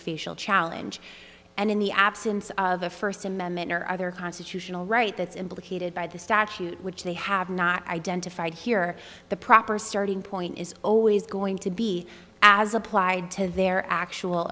facial challenge and in the absence of a first amendment or other constitutional right that's implicated by the statute which they have not identified here the proper starting point is always going to be as applied to their actual